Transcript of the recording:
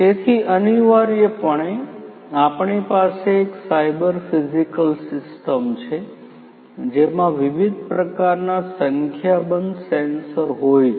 તેથી અનિવાર્યપણે આપણી પાસે એક સાયબર ફિઝિકલ સિસ્ટમ છે જેમાં વિવિધ પ્રકારના સંખ્યાબંધ સેન્સર હોય છે